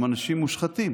הם אנשים מושחתים,